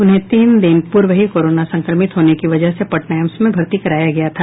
उन्हें तीन दिन पूर्व ही कोरोना संक्रमित होने की वजह से पटना एम्स में भर्ती कराया था